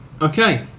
okay